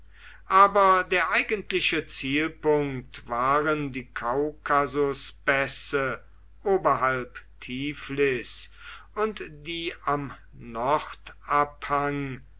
aber der eigentliche zielpunkt waren die kaukasuspässe oberhalb tiflis und die am